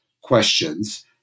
questions